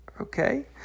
okay